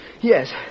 Yes